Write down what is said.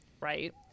right